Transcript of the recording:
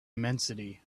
immensity